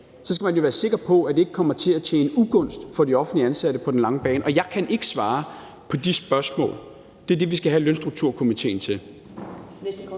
så skal man jo være sikker på, at det ikke kommer til at være til ugunst for de offentligt ansatte på den lange bane. Og jeg kan ikke svare på de spørgsmål. Det er det, vi skal have lønstrukturkomitéen til.